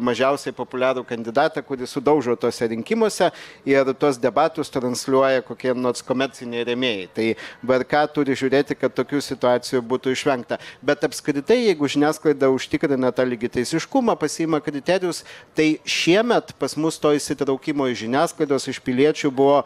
mažiausiai populiarų kandidatą kurį sudaužo tuose rinkimuose ir tuos debatus transliuoja kokie nors komerciniai rėmėjai tai vrk turi žiūrėti kad tokių situacijų būtų išvengta bet apskritai jeigu žiniasklaida užtikrina tą lygiateisiškumą pasiima kriterijus tai šiemet pas mus to įsitraukimo iš žiniasklaidos iš piliečių buvo